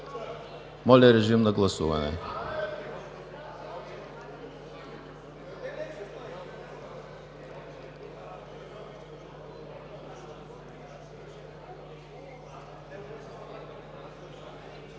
Моля, режим на гласуване.